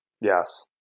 Yes